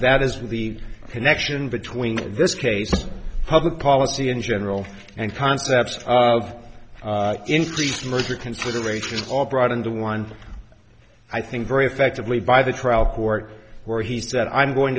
that is where the connection between this case public policy in general and concepts of increased merger considerations all brought into one i think very effectively by the trial court where he said i'm going